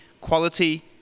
quality